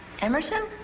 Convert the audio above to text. Emerson